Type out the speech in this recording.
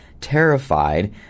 terrified